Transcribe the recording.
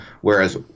whereas